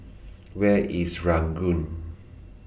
Where IS Ranggung